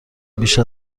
بیش